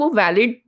valid